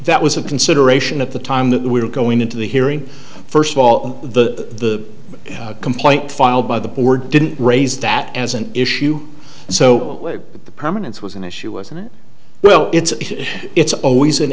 that was a consideration at the time that we were going into the hearing first of all the complaint filed by the board didn't raise that as an issue so the permanence was an issue wasn't well it's it's always an